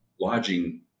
lodging